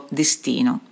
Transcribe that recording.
destino